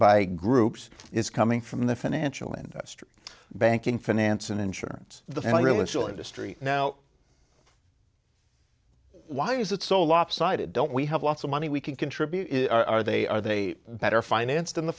by groups is coming from the financial industry banking finance and insurance the only real issue industry now why is it so lopsided don't we have lots of money we can contribute are they are they better financed in the